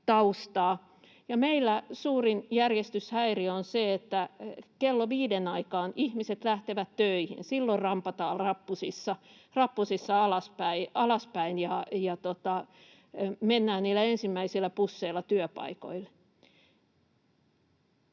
meillä suurin järjestyshäiriö on se, että kello viiden aikaan ihmiset lähtevät töihin. Silloin rampataan rappusissa alaspäin ja mennään niillä ensimmäisillä busseilla työpaikoille.